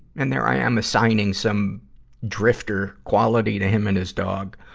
and there i am assigning some drifter quality to him and his dog.